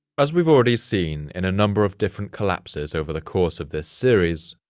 as we've already seen in a number of different collapses over the course of this series,